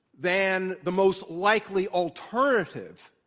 than the most likely alternative,